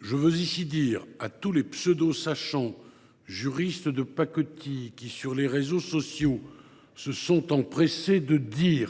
Je veux ici dire à tous les « pseudo sachants », juristes de pacotille, qui, sur les réseaux sociaux, se sont empressés de proclamer,